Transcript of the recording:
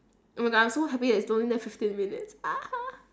oh my god I'm so happy that it's only left fifteen minutes